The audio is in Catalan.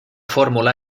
fórmula